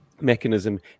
mechanism